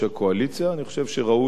אני חושב שראוי שהכנסת